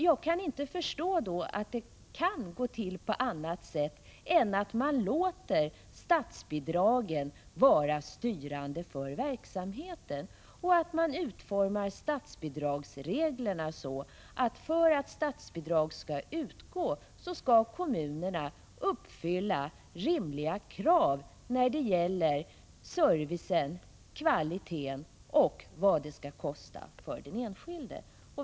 Jag kan inte förstå att det kan gå till på annat sätt än att man låter statsbidragen vara styrande för verksamheten och att man utformar statsbidragsreglerna så att kommunerna, för att statsbidrag skall utgå, skall uppfylla rimliga krav när det gäller servicen, kvaliteten och vad det skall kosta för den enskilde.